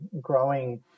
growing